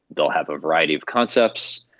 they'll have a variety of concepts,